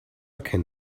can